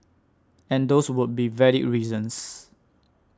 and those would be valid reasons